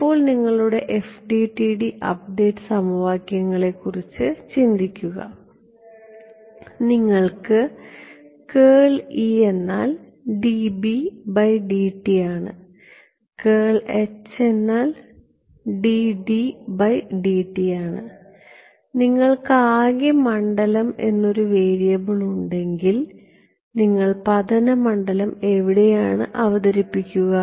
ഇപ്പോൾ നിങ്ങളുടെ FDTD update സമവാക്യങ്ങളെക്കുറിച്ച് ചിന്തിക്കുക നിങ്ങൾക്ക് എന്നാൽ dBdt ആണ് എന്നാൽ dDdt ആണ് നിങ്ങൾക്ക് ആകെ മണ്ഡലം എന്നൊരു വേരിയബിൾ ഉണ്ടെങ്കിൽ നിങ്ങൾ പതന മണ്ഡലം എവിടെയാണ് അവതരിപ്പിക്കുക